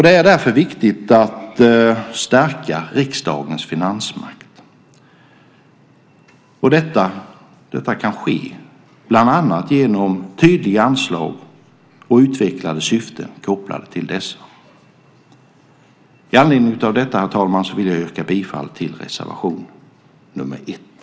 Det är därför viktigt att stärka riksdagens finansmakt. Detta kan bland annat ske genom tydliga anslag och utvecklade syften kopplade till dessa. Med anledning av detta, herr talman, vill jag yrka bifall till reservation 1.